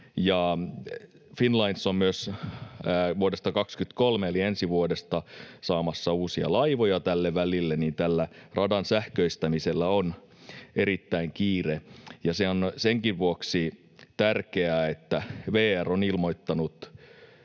Finnlines on myös vuodesta 23 eli ensi vuodesta saamassa uusia laivoja tälle välille, joten tällä radan sähköistämisellä on erittäin kiire. Ja se on senkin vuoksi tärkeää, että VR on ilmoittanut